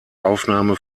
aufnahme